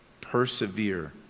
Persevere